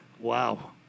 Wow